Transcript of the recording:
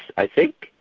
i think,